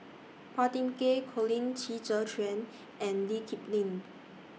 Phua Thin Kiay Colin Qi Zhe Quan and Lee Kip Lin